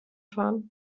fahren